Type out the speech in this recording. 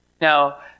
Now